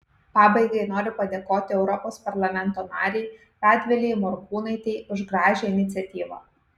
pabaigai noriu padėkoti europos parlamento narei radvilei morkūnaitei už gražią iniciatyvą